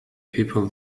people